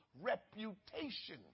reputation